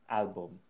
album